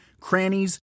crannies